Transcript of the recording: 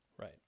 Right